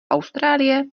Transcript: austrálie